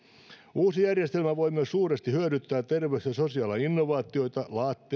uusi järjestelmä voi myös suuresti hyödyttää terveys ja sosiaalialan innovaatioita